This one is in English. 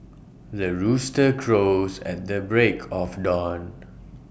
the rooster crows at the break of dawn